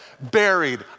buried